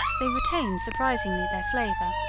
they retain surprisingly their flavor,